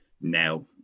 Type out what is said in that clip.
now